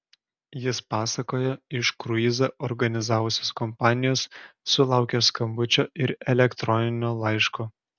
jis pasakojo iš kruizą organizavusios kompanijos sulaukęs skambučio ir elektroninio laiško